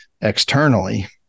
externally